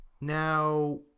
Now